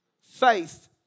Faith